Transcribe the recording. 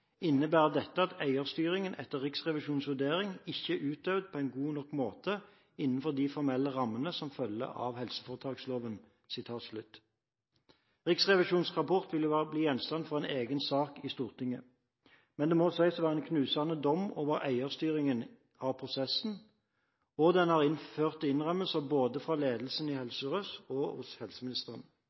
innebærer dette at eierstyringen etter Riksrevisjonens vurdering ikke er utøvd på en god nok måte innenfor de formelle rammene som følger av helseforetaksloven.» Riksrevisjonens rapport vil bli gjenstand for en egen sak i Stortinget. Men den må sies å være en knusende dom over eierstyringen av prosessen, og den har ført til innrømmelser både fra ledelsen i Helse Sør-Øst og hos helseministeren.